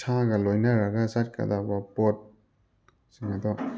ꯏꯁꯥꯒ ꯂꯣꯏꯅꯔꯒ ꯆꯠꯀꯗꯕ ꯄꯣꯠ ꯁꯤꯡ ꯑꯗꯣ